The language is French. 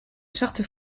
charte